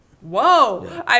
whoa